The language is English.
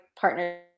partner